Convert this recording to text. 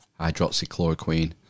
hydroxychloroquine